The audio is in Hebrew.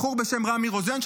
בחור בשם רמי רוזן,